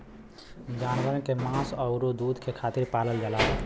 जानवर के मांस आउर दूध के खातिर पालल जाला